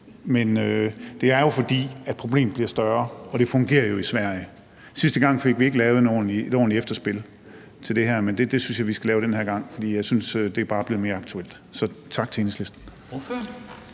men det er jo, fordi problemet bliver større og det fungerer i Sverige. Sidste gang fik vi ikke lavet et ordentligt efterspil til det her, men det synes jeg vi skal lave den her gang, for jeg synes, det bare er blevet mere aktuelt, så tak til Enhedslisten.